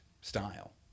style